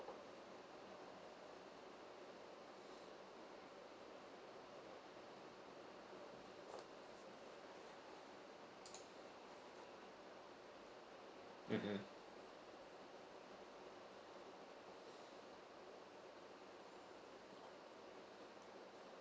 mm mm